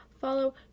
follow